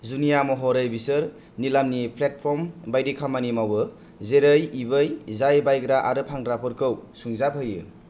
जुनिया महरै बिसोर निलामनि प्लेटफर्म बायदि खामानि मावो जेरै इबै जाय बायग्रा आरो फानग्राफोरखौ सुंजाबहोयो